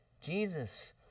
Jesus